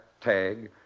tag